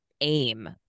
aim